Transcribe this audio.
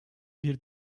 bir